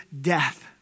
death